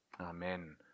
Amen